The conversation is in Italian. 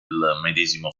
medesimo